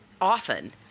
often